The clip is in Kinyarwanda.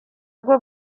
bwo